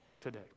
today